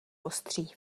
ostří